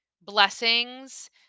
blessings